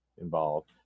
involved